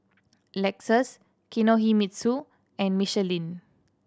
Lexus Kinohimitsu and Michelin